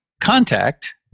contact